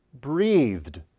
breathed